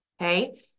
okay